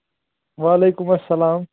وعلیکُم السلام